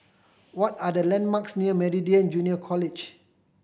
what are the landmarks near Meridian Junior College